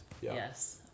Yes